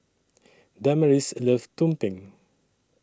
Damaris loves Tumpeng